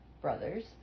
Brothers